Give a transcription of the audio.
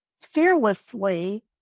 fearlessly